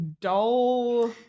dull